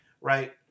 right